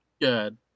good